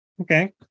Okay